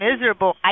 miserable